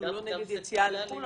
אנחנו לא נגד יציאה לחו"ל,